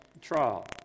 trial